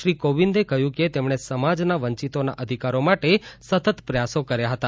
શ્રી કોવિંદે કહ્યું કે તેમણે સમાજના વંચિતોના અધિકારો માટે સતત પ્રયાસો કર્યા હતા